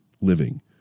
living